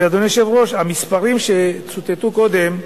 אדוני היושב-ראש, המספרים שצוטטו קודם,